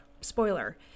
spoiler